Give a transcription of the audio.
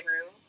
room